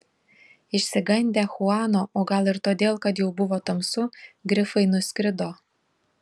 išsigandę chuano o gal ir todėl kad jau buvo tamsu grifai nuskrido